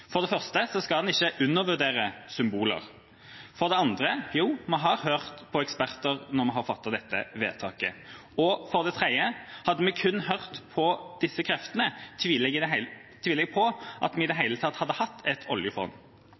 For det første skal en ikke undervurdere symboler. For det andre: Jo, vi har hørt på eksperter når vi har fattet dette vedtaket. For det tredje: Hadde vi kun hørt på disse kreftene, tviler jeg på at vi i det hele tatt hadde hatt et oljefond.